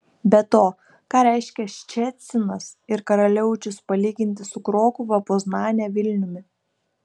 be to ką reiškia ščecinas ir karaliaučius palyginti su krokuva poznane vilniumi